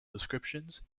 descriptions